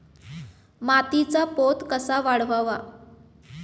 मातीचा पोत कसा वाढवावा?